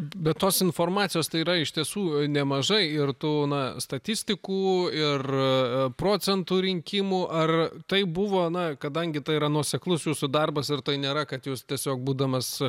bet tos informacijos tai yra iš tiesų nemažai ir tų na statistikų ir procentų rinkimų ar tai buvo na kadangi tai yra nuoseklus jūsų darbas ar tai nėra kad jūs tiesiog būdamas